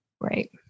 Right